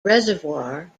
reservoir